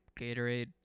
Gatorade